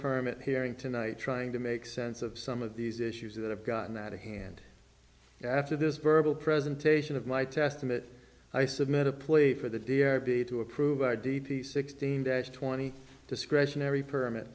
permit hearing tonight trying to make sense of some of these issues that have gotten that hand after this verbal presentation of my testament i submit a plea for the d r v to approve our d d sixteen dash twenty discretionary permit